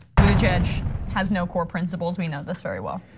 buttigieg has no core principles. we know this very well.